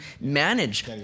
manage